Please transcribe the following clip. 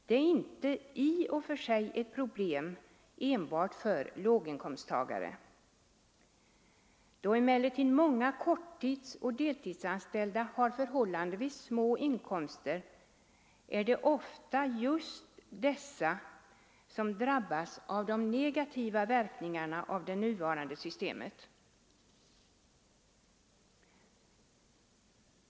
Detta är i och för sig inte ett problem bara för låginkomsttagare, men då många korttidsoch deltidsanställda har förhållandevis små inkomster är det ofta just de som drabbas av de negativa verkningarna av det nuvarande systemet.